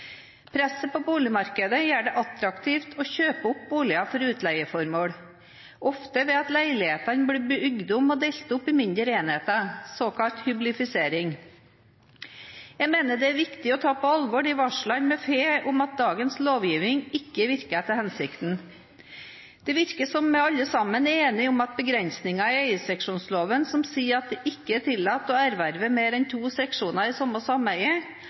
Presset på boligmarkedet gjør det attraktivt å kjøpe opp boliger for utleieformål, ofte ved at leilighetene blir bygd om og delt opp i mindre enheter, såkalt hyblifisering. Jeg mener det er viktig å ta på alvor de varslene vi får om at dagens lovgivning ikke virker etter hensikten. Det virker som vi alle sammen er enige om at begrensninger i eierseksjonsloven, som sier at det ikke er tillatt å erverve mer enn to seksjoner i samme sameie,